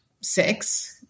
sex